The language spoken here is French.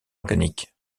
organique